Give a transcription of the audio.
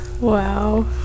Wow